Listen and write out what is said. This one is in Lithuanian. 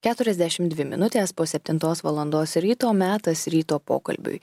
keturiasdešimt dvi minutės po septintos valandos ryto metas ryto pokalbiui